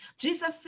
Jesus